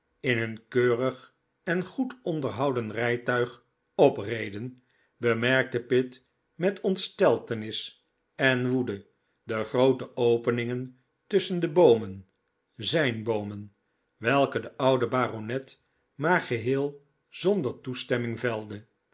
in hun keurig en goed onderhouden rijtuig opreden bemerkte pitt met ontsteltenis en woede de groote openingen tusschen de boomen zijn boomen welke de oude baronet maar geheel zonder toestemming velde